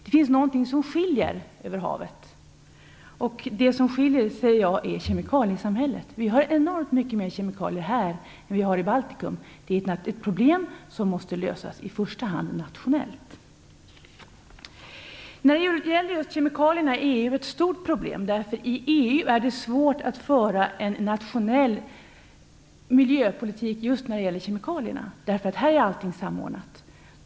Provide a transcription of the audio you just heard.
Det finns någonting som skiljer över havet. Jag säger att det som skiljer är kemikaliesamhället. Vi har enormt mycket mer kemikalier här än man har i Baltikum. Det är ett problem som i första hand måste lösas nationellt. När det gäller kemikalierna är EU ett stort problem. I EU är det svårt att föra en nationell miljöpolitik när det gäller just kemikalierna. Här är allting samordnat.